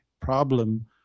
problem